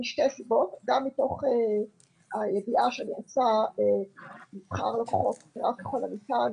ועשיתי זאת משתי סיבות: גם מתוך הידיעה שאני רוצה ככל הניתן